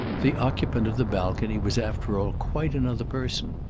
the occupant of the balcony was after all quite another person,